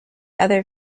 other